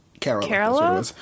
Carol